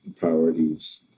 priorities